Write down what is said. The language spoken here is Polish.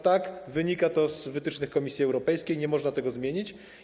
Tak wynika z wytycznych komisji Europejskiej, nie można tego zmienić.